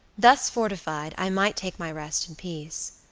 thus fortified i might take my rest in peace.